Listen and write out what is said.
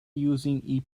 using